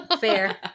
Fair